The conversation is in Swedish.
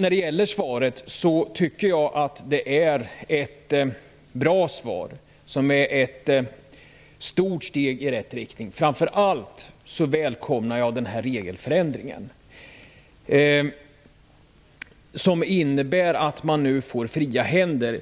Jag tycker att interpellationssvaret är bra och att det innebär ett stort steg i rätt riktning. Framför allt välkomnar jag regelförändringen som innebär att man nu får fria händer.